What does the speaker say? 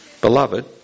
Beloved